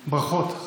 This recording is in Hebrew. ברכות,